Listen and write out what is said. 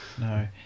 No